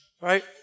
Right